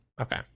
Okay